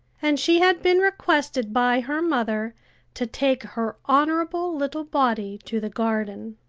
and she had been requested by her mother to take her honorable little body to the garden.